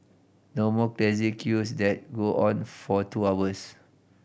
no more crazy queues that go on for two hours